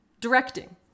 Directing